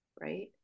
Right